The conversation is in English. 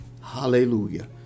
Hallelujah